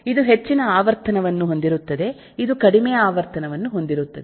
ಇದು ಹೆಚ್ಚಿನ ಆವರ್ತನವನ್ನು ಹೊಂದಿರುತ್ತದೆ ಇದು ಕಡಿಮೆ ಆವರ್ತನವನ್ನು ಹೊಂದಿರುತ್ತದೆ